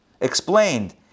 explained